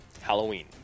Halloween